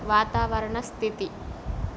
వాతావరణ స్థితి